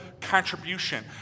contribution